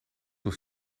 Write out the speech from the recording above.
door